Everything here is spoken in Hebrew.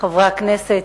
חברי הכנסת,